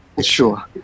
Sure